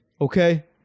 okay